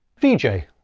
vijay